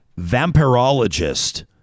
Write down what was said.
vampirologist